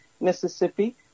Mississippi